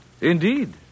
Indeed